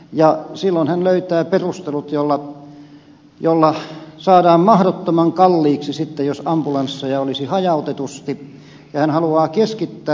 silloin hän löytää perustelut joilla saadaan mahdottoman kalliiksi jos ambulansseja olisi hajautetusti ja hän haluaa keskittää